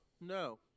No